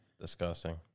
Disgusting